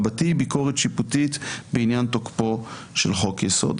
ביקורת שיפוטית בעניין תוקפו של חוק יסוד.